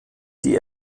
die